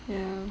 ya